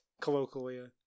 colloquially